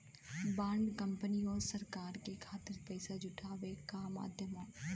bond company आउर सरकार के खातिर पइसा जुटावे क माध्यम हौ